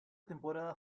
temporada